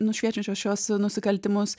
nušviečiančios šiuos nusikaltimus